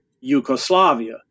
Yugoslavia